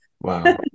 Wow